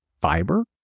fiber